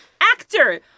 actor